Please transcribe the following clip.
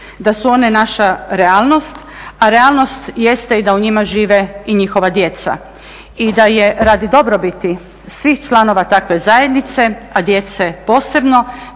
da su one naša realnost, a realnost jeste i da u njima žive i njihova djeca i da je radi dobrobiti svih članova takve zajednice, a djece posebno